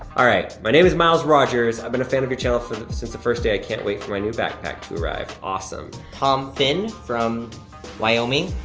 all right, my name is miles rogers, i've been a fan of your channel for since the first day. i can't wait for my new backpack to arrive, awesome. tom finn from wyoming,